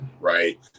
right